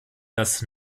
das